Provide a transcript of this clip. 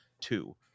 two